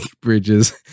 Bridges